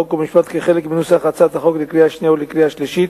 חוק ומשפט כחלק מנוסח הצעת החוק לקריאה השנייה ולקריאה השלישית,